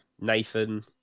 Nathan